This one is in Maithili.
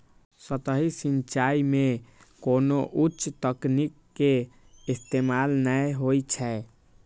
सतही सिंचाइ मे कोनो उच्च तकनीक के इस्तेमाल नै होइ छै